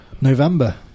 November